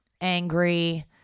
angry